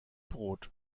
brot